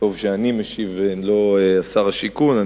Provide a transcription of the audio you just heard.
טוב שאני משיב ולא שר השיכון.